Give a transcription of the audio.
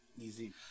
easy